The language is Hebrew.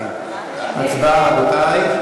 102). הצבעה, רבותי.